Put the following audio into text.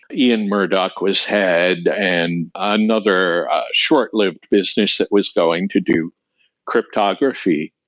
ian murdock was head, and another short-lived business that was going to do cryptography.